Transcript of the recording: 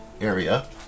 area